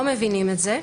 את זה אנחנו לא מבינים.